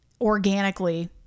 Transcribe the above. organically